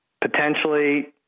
potentially